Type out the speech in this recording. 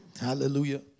Hallelujah